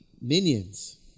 Minions